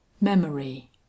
memory